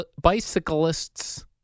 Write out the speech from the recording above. bicyclists